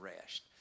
rest